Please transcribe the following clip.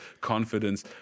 confidence